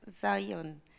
Zion